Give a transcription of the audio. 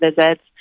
visits